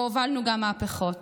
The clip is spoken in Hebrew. הובלנו גם מהפכות.